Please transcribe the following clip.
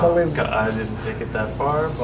and didn't take it that far.